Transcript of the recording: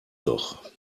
doch